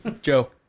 joe